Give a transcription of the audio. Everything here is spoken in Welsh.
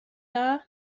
dda